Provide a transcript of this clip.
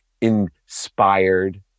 inspired